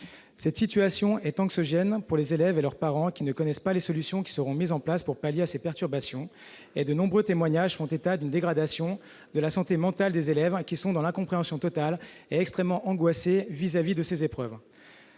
Cette situation est anxiogène pour les élèves et leurs parents, qui ne connaissent pas les solutions qui seront mises en place pour pallier ces perturbations. De nombreux témoignages font état d'une dégradation de la santé mentale des élèves, qui sont dans l'incompréhension totale et extrêmement angoissés par rapport à ces épreuves.